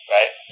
Right